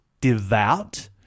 devout